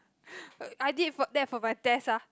I did for that for my test ah